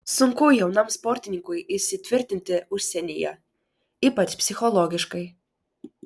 sunku jaunam sportininkui įsitvirtinti užsienyje ypač psichologiškai